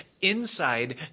inside